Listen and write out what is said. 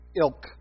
ilk